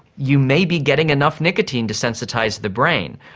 you may be getting enough nicotine to sensitise the brain.